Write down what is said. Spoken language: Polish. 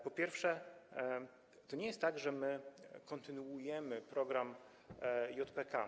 Po pierwsze, to nie jest tak, że my kontynuujemy program JPK.